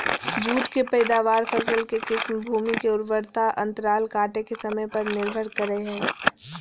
जुट के पैदावार, फसल के किस्म, भूमि के उर्वरता अंतराल काटे के समय पर निर्भर करई हई